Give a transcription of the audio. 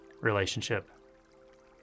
relationship